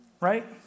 right